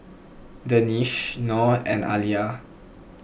Danish Noh and Alya